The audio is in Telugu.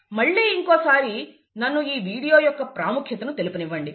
మళ్ళీ ఇంకొకసారి నన్ను ఈ వీడియో యొక్క ప్రాముఖ్యతను తెలుపనివ్వండి